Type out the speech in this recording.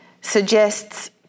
suggests